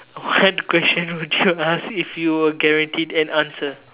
what questions would you ask if you were guaranteed an answer